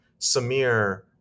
Samir